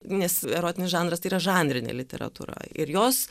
nes erotinis žanras tai yra žanrinė literatūra ir jos